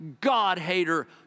God-hater